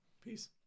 Peace